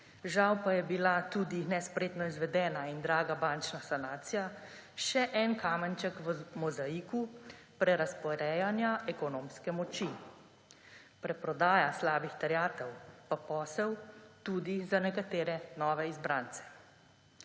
Žal pa je bila tudi nespretno izvedena in draga bančna sanacija še en kamenček v mozaiku prerazporejanja ekonomske moči, preprodaja slabih terjatev pa posel tudi za nekatere nove izbrance.